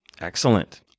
excellent